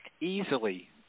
easily